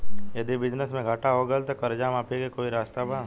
यदि बिजनेस मे घाटा हो गएल त कर्जा माफी के कोई रास्ता बा?